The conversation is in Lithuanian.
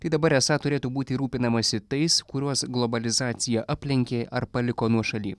kai dabar esą turėtų būti rūpinamasi tais kuriuos globalizacija aplenkė ar paliko nuošaly